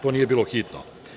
To nije bilo hitno.